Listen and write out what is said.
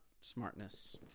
smartness